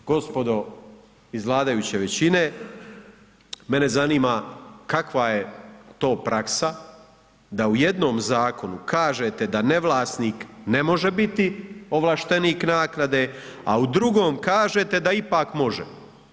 Dakle, gospodo iz vladajuće većine mene zanima kakva je to praksa da u jednom zakonu kažete da ne vlasnik ne može biti ovlaštenik naknade, a u drugom kažete da ipak može.